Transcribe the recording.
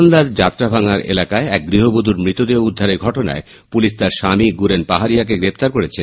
মালদায় যাত্রাভাঙা এলাকায় এক গৃহবধূর মৃতদেহ উদ্ধারের ঘটনায় পুলিশ তার স্বামী সুরেন পাহাড়ািকে গ্রেফতার করেছে